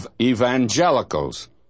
evangelicals